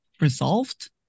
resolved